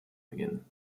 beginnen